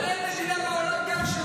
אבל אין מדינה בעולם שמאפשרת,